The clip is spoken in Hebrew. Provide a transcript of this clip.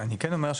אני כן אומר,